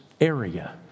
area